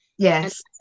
Yes